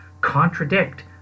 contradict